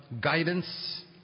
guidance